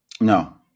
no